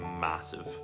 massive